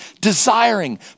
desiring